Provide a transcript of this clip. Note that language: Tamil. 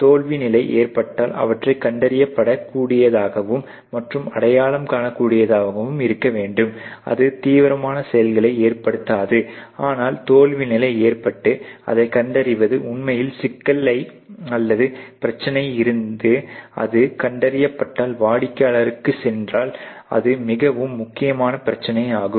தோல்வி நிலை ஏற்பட்டால் அவற்றை கண்டறியப்பட கூடியதாகவும் மற்றும் அடையாளம் காணக் கூடியதாகவும் இருக்க வேண்டும் அது தீவிரமான செயல்களை ஏற்படுத்தாது ஆனால் தோல்வி நிலை ஏற்பட்டு அதை கண்டறிவது உண்மையில் சிக்கல் அல்லது பிரச்சனை இருந்து அது கண்டறியப்பட்டால் வாடிக்கையாளருக்கு சென்றால் அது மிகவும் முக்கியமான பிரச்சனை ஆகும்